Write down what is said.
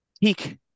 peak